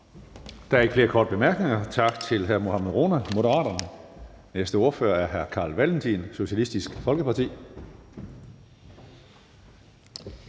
Der er ikke flere korte bemærkninger. Tak til hr. Mohammad Rona, Moderaterne. Den næste ordfører er hr. Carl Valentin, Socialistisk Folkeparti.